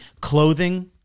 clothing